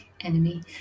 enemy